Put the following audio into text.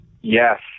Yes